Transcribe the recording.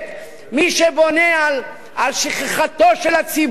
מי שבונה על שכחתו של הציבור,